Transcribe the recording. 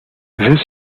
this